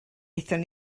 aethon